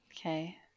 Okay